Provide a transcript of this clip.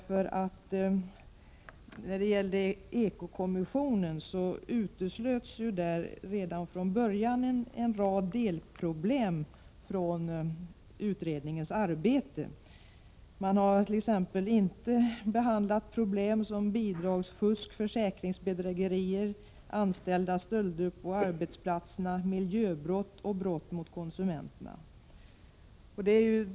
Från eko-kommissionens utredningsarbete uteslöts redan från början en rad delproblem. Man har t.ex. inte behandlat problem som bidragsfusk, försäkringsbedrägerier, anställdas stölder på arbetsplatserna, miljöbrott och brott mot konsumenterna.